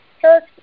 church